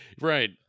Right